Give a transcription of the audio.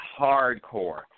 hardcore